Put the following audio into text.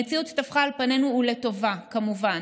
המציאות טפחה על פנינו, ולטובה, כמובן.